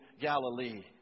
Galilee